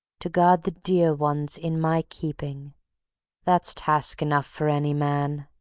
to guard the dear ones in my keeping that's task enough for any man.